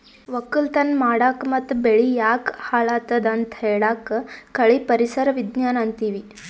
ವಕ್ಕಲತನ್ ಮಾಡಕ್ ಮತ್ತ್ ಬೆಳಿ ಯಾಕ್ ಹಾಳಾದತ್ ಅಂತ್ ಹೇಳಾಕ್ ಕಳಿ ಪರಿಸರ್ ವಿಜ್ಞಾನ್ ಅಂತೀವಿ